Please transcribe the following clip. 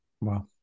Wow